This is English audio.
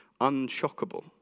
unshockable